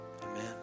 Amen